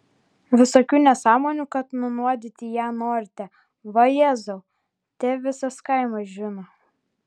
visokių nesąmonių kad nunuodyti ją norite vajezau te visas kaimas žino